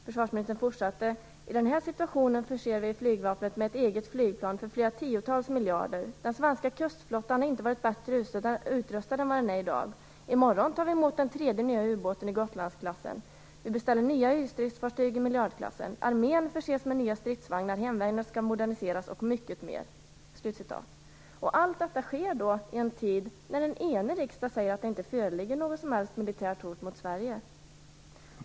Försvarsministern sade också: "I den här situationen förser vi flygvapnet med ett eget flygplan för flera tiotals miljarder. Den svenska kustflottan har inte varit bättre utrustad än vad den är i dag. I morgon tar vi emot den tredje nya ubåten i Gotlandsklassen. Vi beställer nya ytstridsfartyg i miljardklassen. Armén förses med nya stridsvagnar, hemvärnet skall moderniseras, och mycket mer." Allt detta sker i en tid då en enig riksdag säger att det inte föreligger något som helst militärt hot mot Sverige.